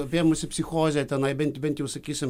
apėmusi psichozė tenai bent bent jau sakysim